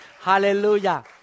Hallelujah